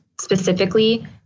specifically